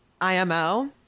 IMO